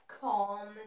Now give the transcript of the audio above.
calm